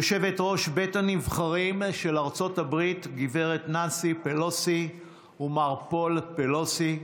יושבת-ראש בית הנבחרים של ארצות הברית גב' ננסי פלוסי ומר פול פלוסי,